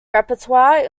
repertoire